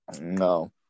No